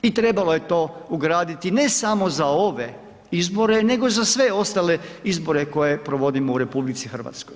I trebalo je to ugraditi, ne samo za ove izbore nego i za sve ostale izbore koje provodimo u RH.